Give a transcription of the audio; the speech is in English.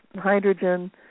hydrogen